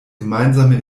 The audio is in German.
gemeinsame